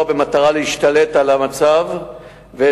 א.